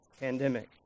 pandemic